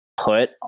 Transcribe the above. put